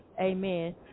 amen